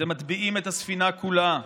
אתם מטביעים את הספינה כולה.